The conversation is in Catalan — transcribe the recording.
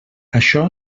això